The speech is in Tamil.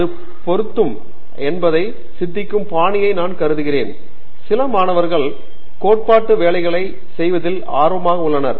இது பொருந்தும் என்பதை சிந்திக்கும் பாணியை நான் கருதுகிறேன் சில மாணவர்கள் கோட்பாட்டு வேலைகளைச் செய்வதில் ஆர்வமாக உள்ளனர்